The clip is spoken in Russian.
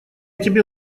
тебе